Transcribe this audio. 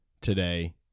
today